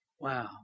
Wow